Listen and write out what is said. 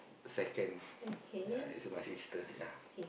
second yeah is my sister yeah